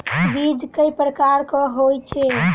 बीज केँ प्रकार कऽ होइ छै?